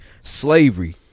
slavery